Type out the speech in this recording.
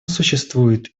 существует